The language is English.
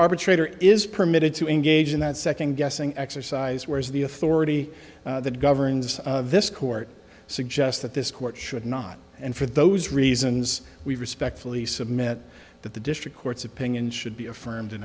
arbitrator is permitted to engage in that second guessing exercise where is the authority that governs this court suggest that this court should not and for those reasons we respectfully submit that the district court's opinion should be affirmed in